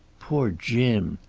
poor jim,